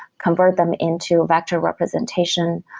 convert them into vector representation.